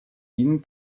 ihnen